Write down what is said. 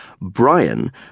brian